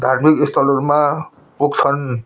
धार्मिक स्थलहरूमा पुग्छन्